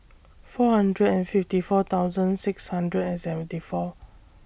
four hundred and fifty four thousand six hundred and seventy four